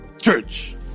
Church